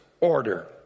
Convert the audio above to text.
order